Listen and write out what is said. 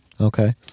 Okay